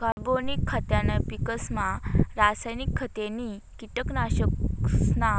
कार्बनिक खाद्यना पिकेसमा रासायनिक खते नी कीटकनाशकसना